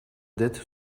dettes